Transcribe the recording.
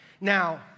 Now